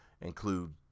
include